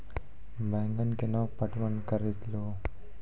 बैंगन केना पटवन करऽ लो?